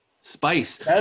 Spice